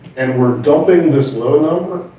and we're dumping this low number,